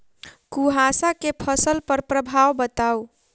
कुहासा केँ फसल पर प्रभाव बताउ?